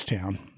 town